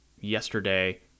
yesterday